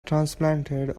transplanted